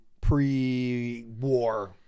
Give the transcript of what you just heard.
pre-war